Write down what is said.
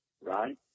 right